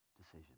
decision